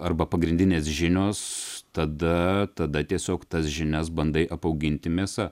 arba pagrindinės žinios tada tada tiesiog tas žinias bandai apauginti mėsa